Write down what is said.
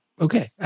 okay